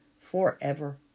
forever